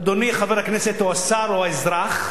אדוני חבר הכנסת או השר או האזרח,